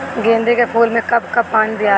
गेंदे के फूल मे कब कब पानी दियाला?